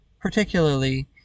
particularly